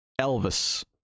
Elvis